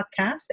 podcast